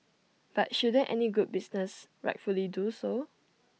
but shouldn't any good business rightfully do so